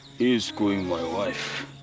he's screwing my wife.